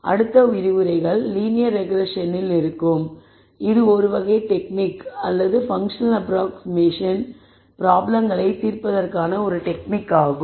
அடுத்த விரிவுரைகள் linear regression இல் இருக்கும் இது ஒரு வகை டெக்னிக் அல்லது பன்க்ஷன் அப்ராக்ஸ்ஷிமேஷன் பிராப்ளம்களைத் தீர்ப்பதற்கான ஒரு டெக்னிக் ஆகும்